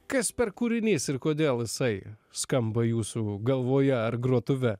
kas per kūrinys ir kodėl jisai skamba jūsų galvoje ar grotuve